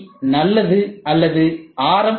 C நல்லது அல்லது R